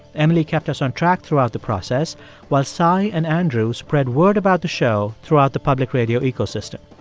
emily kept us on track throughout the process while si and andrew spread word about the show throughout the public radio ecosystem.